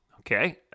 Okay